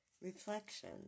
Reflection